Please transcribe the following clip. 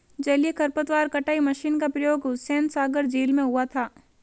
जलीय खरपतवार कटाई मशीन का प्रयोग हुसैनसागर झील में हुआ था